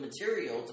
material